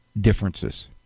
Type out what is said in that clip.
differences